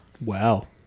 Wow